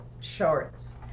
shorts